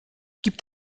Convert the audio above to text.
gibt